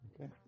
Okay